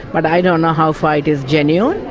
but i don't know how far it is genuine.